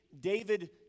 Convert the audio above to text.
David